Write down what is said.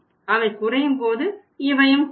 அவை குறையும் போது இவையும் குறையும்